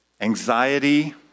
anxiety